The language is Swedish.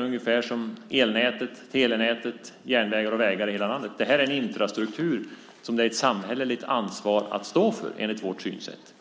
ungefär som elnätet, telenätet, järnvägar och vägar i hela landet. Det här är infrastruktur som det är ett samhälleligt ansvar att stå för, enligt vårt synsätt.